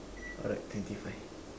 alright twenty five